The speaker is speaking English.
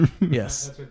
Yes